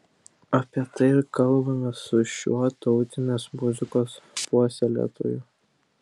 apie tai ir kalbamės su šiuo tautinės muzikos puoselėtoju